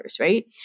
right